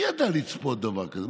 מי ידע לצפות דבר כזה?